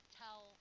tell